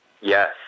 Yes